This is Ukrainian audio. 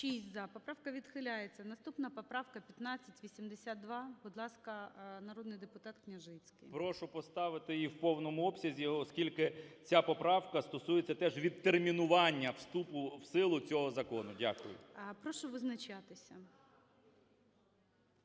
За-6 Поправка відхиляється. Наступна поправка - 1582. Будь ласка, народний депутатКняжицький. 11:49:52 КНЯЖИЦЬКИЙ М.Л. Прошу поставити її в повному обсязі, оскільки ця поправка стосується теж відтермінування вступу в силу цього закону. Дякую. ГОЛОВУЮЧИЙ. Прошу визначатися.